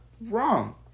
wrong